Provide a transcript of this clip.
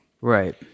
Right